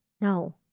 No